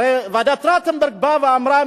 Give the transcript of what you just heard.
הרי ועדת-טרכטנברג באה ואמרה,